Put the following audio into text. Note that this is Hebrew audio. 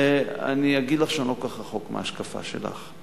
אני אגיד לך שאני לא כל כך רחוק מההשקפה שלך,